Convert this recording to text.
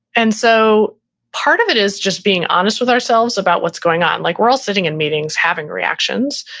and so part of it, is just being honest with ourselves about what's going on. like we're all sitting in meetings having reactions.